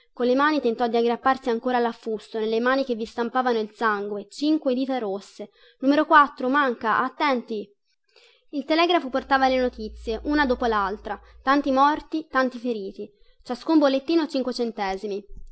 mia colle mani tentò di aggrapparsi ancora allaffusto delle mani che vi stampavano il sangue cinque dita rosse numero quattro manca attenti il telegrafo portava le notizie una dopo laltra tanti morti tanti feriti ciascun bollettino cinque centesimi